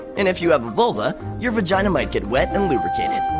and if you have a vulva, your vagina might get wet and lubricated,